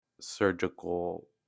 surgical